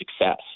success